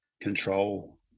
control